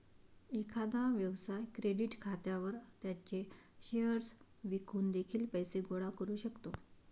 एखादा व्यवसाय क्रेडिट खात्यावर त्याचे शेअर्स विकून देखील पैसे गोळा करू शकतो